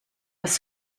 was